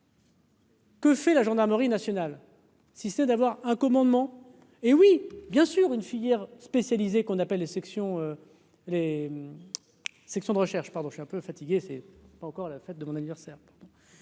Que fait la gendarmerie nationale, si c'est d'avoir un commandement hé oui, bien sûr, une filière spécialisée qu'on appelle les. Si on les sections de recherche, pardon, je suis un peu fatigué, c'est pas encore la fête de mon anniversaire.